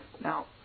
Now